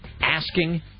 asking